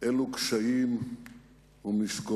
אלו קשיים ומשקולות